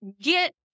get